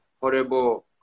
horrible